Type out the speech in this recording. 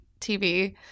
TV